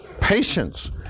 patience